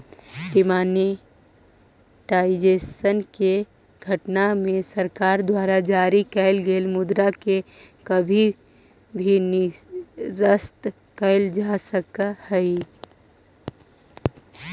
demonetisation के घटना में सरकार द्वारा जारी कैल गेल मुद्रा के कभी भी निरस्त कैल जा सकऽ हई